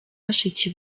bashiki